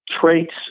traits